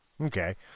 Okay